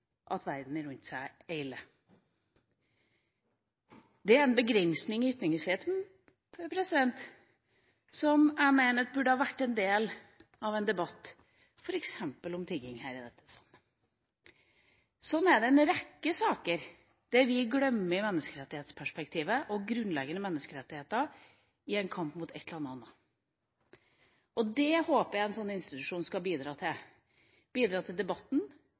at verden rundt er ille. Det er en begrensning i ytringsfriheten som jeg mener burde vært en del av en debatt f.eks. om tigging her i denne sal. Sånn er det i en rekke saker, der vi glemmer menneskerettighetsperspektivet og grunnleggende menneskerettigheter i en kamp mot et eller annet annet. Der håper jeg en sånn institusjon skal bidra: bidra til debatten,